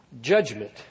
judgment